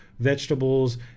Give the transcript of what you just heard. Vegetables